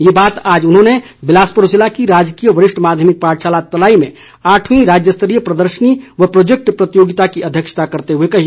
ये बात आज उन्होंने बिलासपुर जिले की राजकीय वरिष्ठ माध्यमिक पाठशाला तलाई में आठवीं राज्य स्तरीय प्रदर्शनी व प्रौजेक्ट प्रतियोगिता की अध्यक्षता करते हुए कही